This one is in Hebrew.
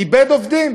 איבד עובדים.